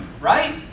right